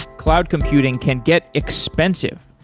cloud computing can get expensive.